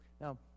Now